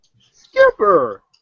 Skipper